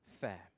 fair